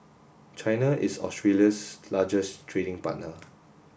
China is Australia's largest trading partner